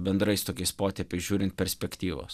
bendrais tokiais potėpiais žiūrint perspektyvos